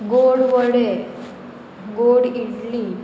गोड वडे गोड इडली